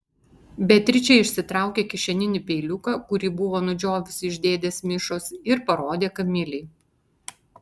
beatričė išsitraukė kišeninį peiliuką kurį buvo nudžiovusi iš dėdės mišos ir parodė kamilei